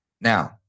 Now